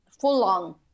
full-on